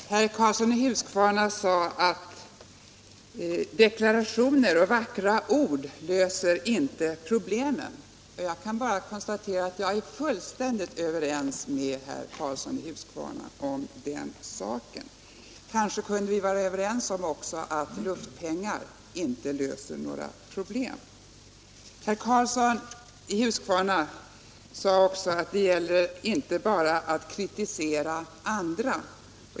Herr talman! Herr Karlsson i Huskvarna sade att deklarationer och vackra ord inte löser problemen. Jag kan bara konstatera att jag är fullständigt överens med honom om den saken. Kanske kunde vi också vara överens om att luftpengar inte löser några problem. Det gäller inte bara att kritisera andra, sade herr Karlsson vidare.